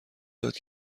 داد